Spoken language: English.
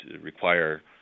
require